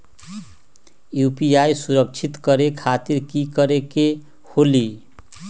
UPI सुरक्षित करे खातिर कि करे के होलि?